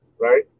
right